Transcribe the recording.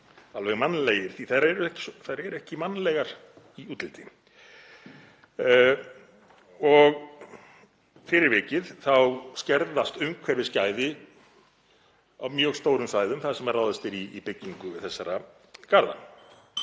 alveg mannlegir því að þær eru ekki mannlegar í útliti. Fyrir vikið skerðast umhverfisgæði á mjög stórum svæðum þar sem ráðist er í byggingu þessara garða.